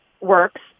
works